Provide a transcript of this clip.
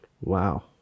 Wow